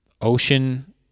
ocean